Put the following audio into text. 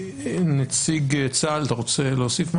נציג צה"ל, אתה רוצה להוסיף משהו?